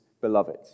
beloved